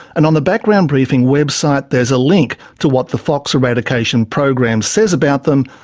and on the background briefing website there's a link to what the fox eradication program says about them,